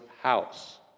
house